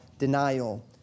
denial